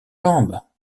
jambes